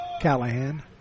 Callahan